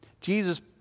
Jesus